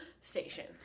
station